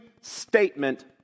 statement